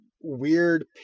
weird